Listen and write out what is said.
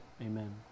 Amen